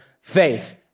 faith